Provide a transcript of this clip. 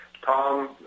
Tom